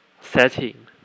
setting